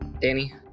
Danny